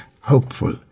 hopeful